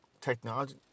technology